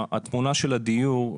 התמונה של הדיור.